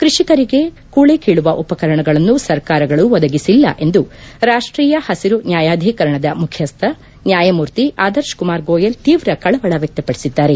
ಕೃಷಿಕರಿಗೆ ಕೂಳೆ ಕೀಳುವ ಉಪಕರಣಗಳನ್ನು ಸರ್ಕಾರಗಳು ಒದಗಿಸಿಲ್ಲ ಎಂದು ರಾಷ್ಟೀಯ ಹಸಿರು ನ್ಯಾಯಾಧೀಕರಣದ ಮುಖ್ಯಸ್ಥ ನ್ಯಾಯಮೂರ್ತಿ ಆದರ್ಶಕುಮಾರ್ ಗೋಯಲ್ ತೀವ್ರ ಕಳವಳ ವ್ಯಕ್ತಪದಿಸಿದ್ದಾರೆ